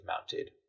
mounted